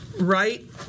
Right